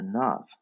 enough